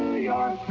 york